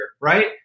right